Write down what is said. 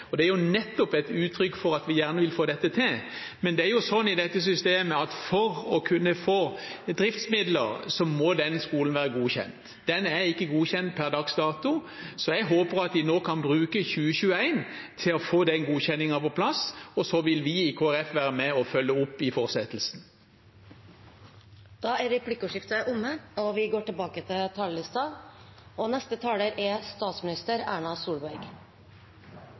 Det er nettopp et uttrykk for at vi gjerne vil få dette til. Men det er sånn i dette systemet at for å kunne få driftsmidler må skolen være godkjent. Den er ikke godkjent per dags dato. Jeg håper at de nå kan bruke 2021 til å få den godkjenningen på plass, og så vil vi i Kristelig Folkeparti være med og følge opp i fortsettelsen. Replikkordskiftet er omme. Dette er den siste finanstalen i denne fireårsperioden, og statsbudsjettet for 2021 er